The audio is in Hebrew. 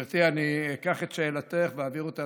גברתי, אני אקח את שאלתך ואעביר אותה